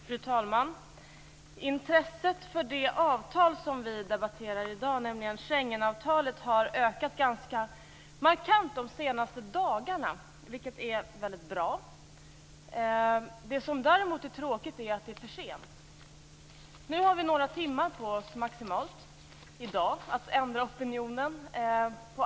Fru talman! Intresset för det avtal som vi debatterar i dag, nämligen Schengenavtalet, har ökat ganska markant de senaste dagarna, vilket är väldigt bra. Det som däremot är tråkigt är att det är för sent. Nu har vi maximalt några timmar på oss att ändra opinionen.